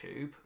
YouTube